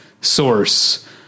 source